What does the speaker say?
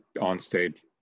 on-stage